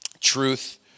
truth